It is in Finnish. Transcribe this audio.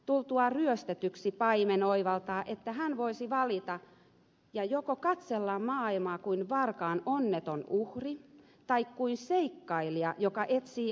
tultuaan ryöstetyksi paimen oivaltaa että hän voisi valita katsellako maailmaa kuin varkaan onneton uhri vai kuin seikkailija joka etsii aarrettaan